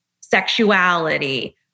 sexuality